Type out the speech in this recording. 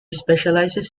specializes